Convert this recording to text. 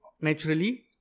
naturally